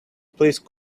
please